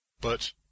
But